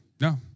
no